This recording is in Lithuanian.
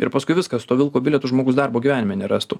ir paskui viskas su tuo vilko bilietu žmogus darbo gyvenime nerastų